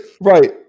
right